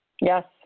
Yes